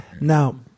Now